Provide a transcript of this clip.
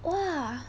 !wah!